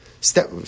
step